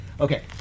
okay